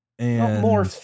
More